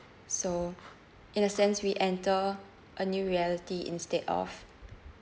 so in a sense we enter a new reality instead of